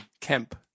Kemp